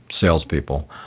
salespeople